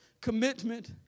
commitment